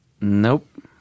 Nope